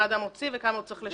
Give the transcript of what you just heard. כמה האדם מוציא וכמה הוא צריך לשלם.